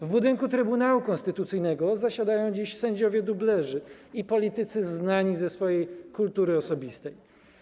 W budynku Trybunału Konstytucyjnego zasiadają dziś sędziowie dublerzy i politycy znani ze swojej kultury osobistej.